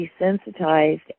desensitized